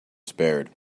spared